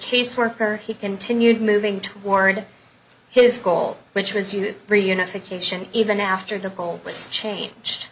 caseworker he continued moving toward his goal which was you reunification even after the goal was changed